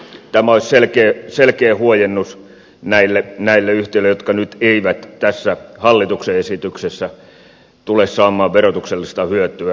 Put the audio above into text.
tämä olisi selkä huojennus näille yhtiöille jotka nyt eivät tässä hallituksen esityksessä tule saamaan verotuksellista hyötyä yhteisöveron laskusta